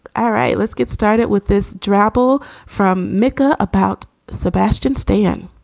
all right. let's get started with this drabble from micka about sebastian stan